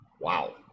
Wow